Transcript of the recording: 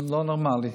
לא נורמלי,